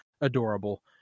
adorable